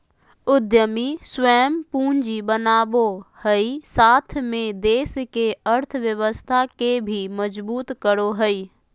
उद्यमी स्वयं पूंजी बनावो हइ साथ में देश के अर्थव्यवस्था के भी मजबूत करो हइ